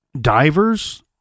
divers